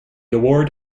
award